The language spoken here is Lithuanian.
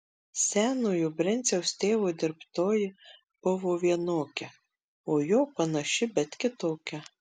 senojo brenciaus tėvo dirbtoji buvo vienokia o jo panaši bet kitokia